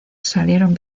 salieron